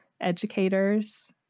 educators